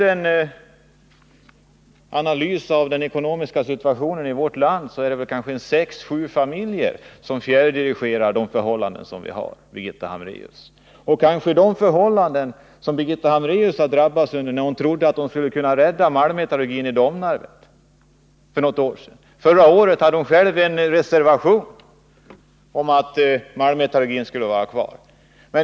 En analys av den ekonomiska situationen i vårt land ger vid handen att det är sex eller kanske sju familjer som fjärrdirigerar och åstadkommer de förhållanden som vi har — och kanske de förhållanden som mötte Birgitta Hambraeus, när hon för något år sedan trodde att hon skulle kunna rädda malmmetallurgin vid Domnarvet. Förra året avlämnade hon själv en reservation, i vilken hon förordade att malmmetallurgin skulle få finnas kvar.